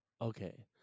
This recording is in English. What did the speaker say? Okay